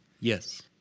yes